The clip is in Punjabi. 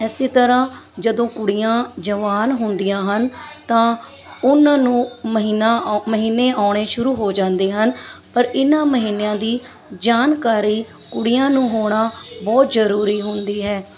ਇਸੀ ਤਰ੍ਹਾਂ ਜਦੋਂ ਕੁੜੀਆਂ ਜਵਾਨ ਹੁੰਦੀਆਂ ਹਨ ਤਾਂ ਉਹਨਾਂ ਨੂੰ ਮਹੀਨਾ ਮਹੀਨੇ ਆਉਣੇ ਸ਼ੁਰੂ ਹੋ ਜਾਂਦੇ ਹਨ ਪਰ ਇਹਨਾਂ ਮਹੀਨਿਆਂ ਦੀ ਜਾਣਕਾਰੀ ਕੁੜੀਆਂ ਨੂੰ ਹੋਣਾ ਬਹੁਤ ਜ਼ਰੂਰੀ ਹੁੰਦੀ ਹੈ